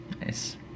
Nice